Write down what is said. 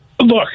Look